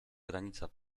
granica